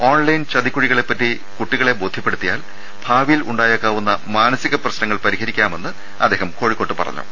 online ചതിക്കുഴികളെപ്പറ്റി കുട്ടികളെ ബോധ്യപ്പെടുത്തിയാൽ ഭാവിയിൽ ഉണ്ടായേക്കാവുന്ന മാനസിക പ്രശ്നങ്ങൾ പരിഹരിക്കാമെന്ന് അദ്ദേഹം കോഴിക്കോട്ട് പറഞ്ഞു